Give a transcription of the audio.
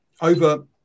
over